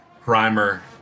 primer